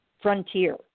frontier